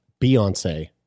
Beyonce